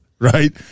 right